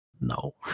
No